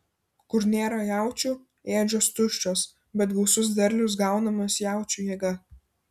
kur nėra jaučių ėdžios tuščios bet gausus derlius gaunamas jaučių jėga